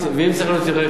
ואם צריך להיות רטרואקטיבי,